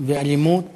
ואלימות